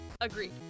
Agreed